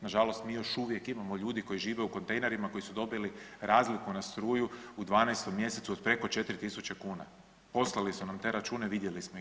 Nažalost mi još uvijek imamo ljudi koji žive u kontejnerima koji su dobili razliku na struju u 12. mjesecu od preko 4.000 kuna, poslali su nam te račune vidjeli smo ih.